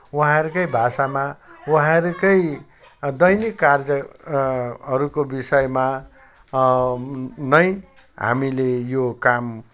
उहाँहरूकै भाषामा उहाँहरूकै दैनिक कार्यहरूको विषयमा नै हामीले यो काम